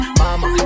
mama